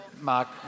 mark